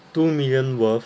two million worth